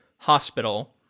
hospital